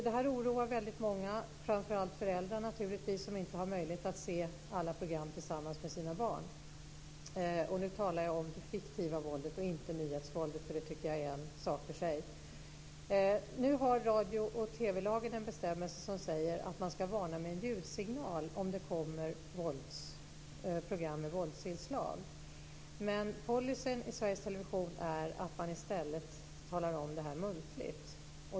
Det här oroar många, framför allt föräldrar som inte har möjlighet att se alla program tillsammans med sina barn. Nu talar jag om det fiktiva våldet, inte nyhetsvåldet. Det tycker jag är en sak för sig. Nu har radio och TV-lagen en bestämmelse som säger att man ska varna med en ljudsignal om det kommer program med våldsinslag. Men policyn i Sveriges Television är att man i stället talar om det här muntligt.